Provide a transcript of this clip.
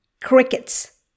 Crickets